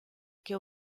che